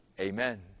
Amen